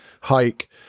hike